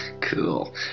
cool